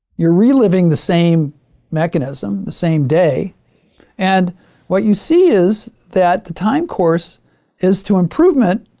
you're reliving the same mechanism, the same day and what you see is that the time course is to improvement,